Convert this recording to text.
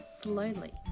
slowly